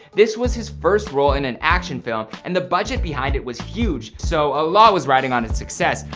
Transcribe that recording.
this was his first role in an action film and the budget behind it was huge, so a lot was riding on its success.